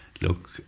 look